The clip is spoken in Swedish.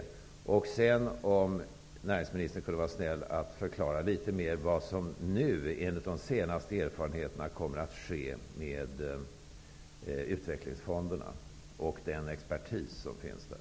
Jag undrar också om näringsministern kunde vara snäll att litet mera förklara vad som nu enligt de senaste erfarenheterna kommer att ske med utvecklingsfonderna och den expertis som finns där.